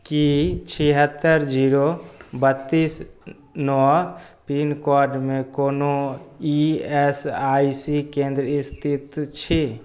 की छिहत्तर जीरो बत्तीस नओ पिनकोडमे कोनो ई एस आई सी केंद्र स्थित छी